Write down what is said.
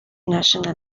national